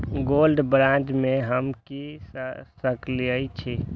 Gold bond में हम की ल सकै छियै?